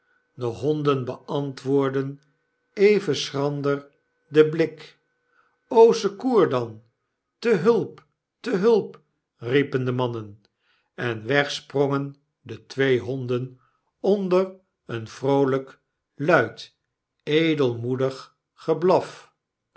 de honden beantwoordden even schrander den blik se cour dan te hulp te hulp riepen de mannen en weg sprongen de twee honden onder een vroolp luid edelmoedig geblaf